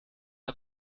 der